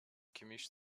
gemisch